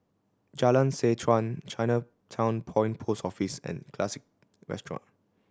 Jalan Seh Chuan Chinatown Point Post Office and Classique Restaurant